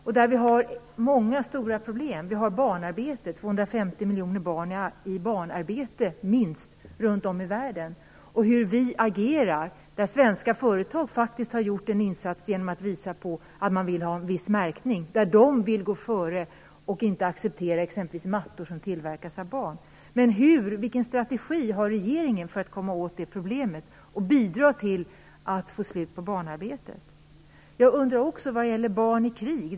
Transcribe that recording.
Det finns många stora problem, t.ex. barnarbetet. Minst 250 miljoner barn finns i barnarbete runt om i världen. Hur agerar vi? Svenska företag har faktiskt gjort en insats genom att visa på att de vill ha en viss märkning. De vill gå före, och accepterar inte t.ex. mattor som tillverkats av barn. Jag undrar också över vad vi gör för barnen i krig.